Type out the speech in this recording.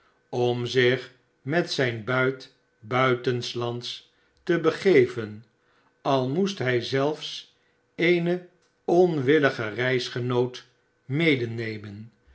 om zich met zijn buit buitenslands te begeven al moest hij zelfs eene onwillige reisgenoot medenemen